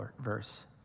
verse